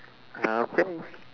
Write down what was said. applause